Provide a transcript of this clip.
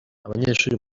abanyeshuli